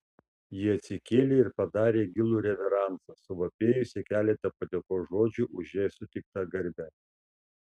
ji atsikėlė ir padarė gilų reveransą suvapėjusi keletą padėkos žodžių už jai suteiktą garbę